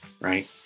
right